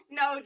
no